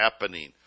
happening